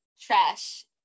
trash